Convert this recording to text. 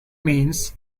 means